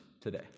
today